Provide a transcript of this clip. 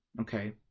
Okay